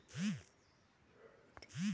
irrigation করতে গেলে বিভিন্ন রকমের ব্যবস্থা করতে হয়